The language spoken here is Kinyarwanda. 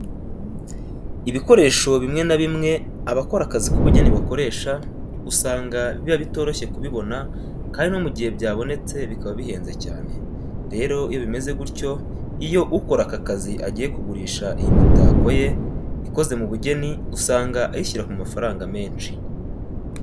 Ibikoresho bimwe na bimwe abakora akazi ku bugeni bakoresha usanga biba bitoroshye kubibona kandi no mu gihe byabonetse bikaba bihenze cyane. Rero iyo bimeze gutyo, iyo ukora aka kazi agiye kugurisha iyi mitako ye ikoze mu bugeni, usanga ayishyira ku mafaranga menshi.